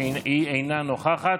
והיא אינה נוכחת.